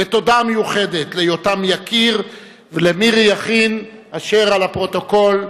ותודה מיוחדת ליותם יקיר ולמירי יכין אשר על הפרוטוקול.